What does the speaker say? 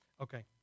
Okay